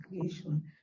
creation